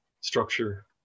structure